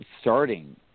starting